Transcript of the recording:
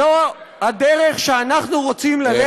זאת הדרך שאנחנו רוצים ללכת בה?